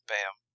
Bam